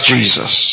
Jesus